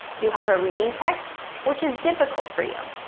you have a reading text which is difficult for you.